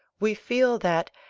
we feel that,